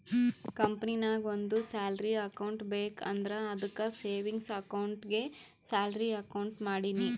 ಕಂಪನಿನಾಗ್ ಒಂದ್ salary account ಬೇಕ್ ಅಂದುರ್ ಅದ್ದುಕ್ ಸೇವಿಂಗ್ಸ್ ಅಕೌಂಟ್ಗೆ ಸ್ಯಾಲರಿ ಅಕೌಂಟ್ ಮಾಡಿನಿ